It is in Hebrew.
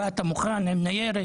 באת מוכן עם ניירת,